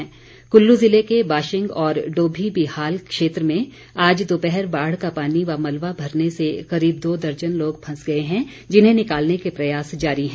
कृल्लू जिले के बाशिंग और डोमी बिहाल क्षेत्र में आज दोपहर बाढ़ का पानी व मलबा भरने से करीब दो दर्जन लोग फंस गए हैं जिन्हें निकालने के प्रयास जारी हैं